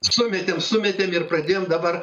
sumetėm sumetėm ir pradėjom dabar